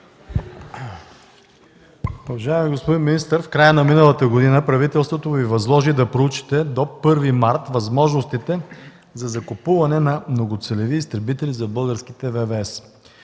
Уважаеми господин министър, в края на миналата година правителството Ви възложи да проучите до 1 март възможностите за закупуване на многоцелеви изтребители за Българските